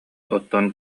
оттон